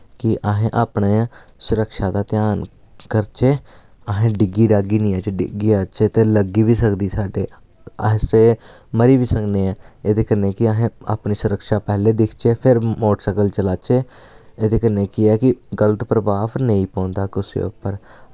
कि असैं अपने सुरक्षा दा ध्यान करचै असैं डिग्गी डाग्गी नि जाह्चै डिग्गी जाह्चै् ते लग्गी बी सकदी अस मरी बी सकने ऐ एह्दे कन्नै कि असें अपनी सुरक्षा पैह्ले दिक्खचै फिर मोटरसैकल चलाचै एह्दे कन्नै केह् ऐ कि गलत प्रभाव नेईं पौंदा कुसै उप्पर